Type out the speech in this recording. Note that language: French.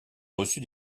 reçu